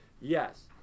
Yes